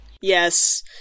Yes